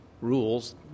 rules